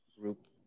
group